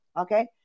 Okay